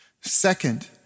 Second